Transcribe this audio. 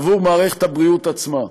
עבור מערכת הבריאות עצמה.